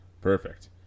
Perfect